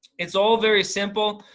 it's all very simple.